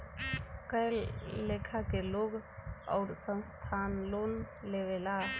कए लेखा के लोग आउर संस्थान लोन लेवेला